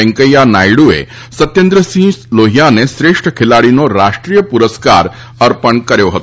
વૈકેંયા નાયડુએ સત્યેન્દ્રસિંહ લોહિયાને શ્રેષ્ઠ ખેલાડીનો રાષ્ટ્રીય પુરસ્કાર અર્પણ કર્યો હતો